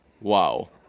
wow